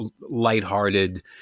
lighthearted